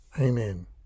Amen